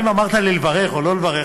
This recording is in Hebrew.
אם אמרת לי לברך או לא לברך,